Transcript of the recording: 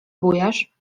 bujasz